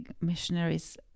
missionaries